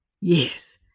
Yes